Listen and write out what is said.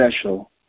special